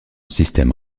système